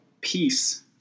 peace